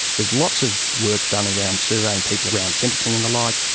there's lots of work done around surveying people around sentencing and the like,